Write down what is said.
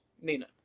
Nina